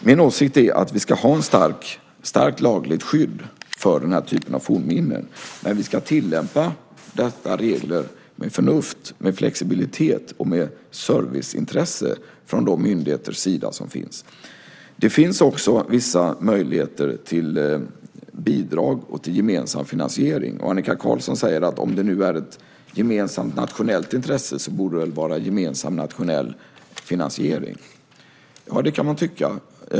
Min åsikt är att vi ska ha ett starkt lagligt skydd för den här typen av fornminnen. Men vi ska tillämpa dessa regler med förnuft, flexibilitet och serviceintresse från de myndigheter som finns. Det finns också vissa möjligheter till bidrag och gemensam finansiering. Annika Qarlsson säger att om det nu är ett gemensamt nationellt intresse så borde det vara gemensam nationell finansiering. Det kan man tycka.